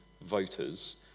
voters